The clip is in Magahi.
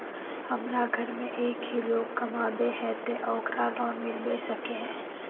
हमरा घर में एक ही लोग कमाबै है ते ओकरा लोन मिलबे सके है?